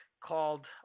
called